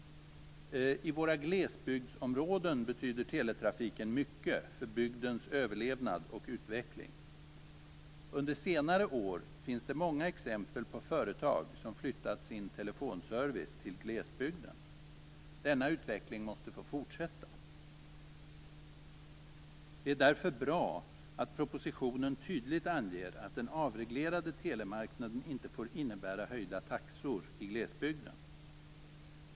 I våra glesbygdsområden betyder teletrafiken mycket för bygdens överlevnad och utveckling. Under senare år finns det många exempel på företag som flyttat sin telefonservice till glesbygden. Denna utveckling måste få fortsätta. Det är därför bra att propositionen tydligt anger att den avreglerade telemarknaden inte får innebära höjda taxor i glesbygden.